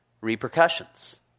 repercussions